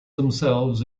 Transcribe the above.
themselves